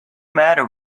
matter